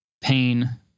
pain